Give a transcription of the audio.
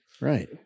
Right